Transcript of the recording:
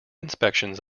inspections